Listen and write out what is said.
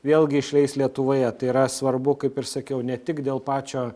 vėlgi išleis lietuvoje tai yra svarbu kaip ir sakiau ne tik dėl pačio